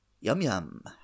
Yum-yum